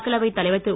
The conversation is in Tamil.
மக்களவைத் தலைவர் திரு